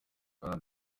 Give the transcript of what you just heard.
bwana